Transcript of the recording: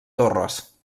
torres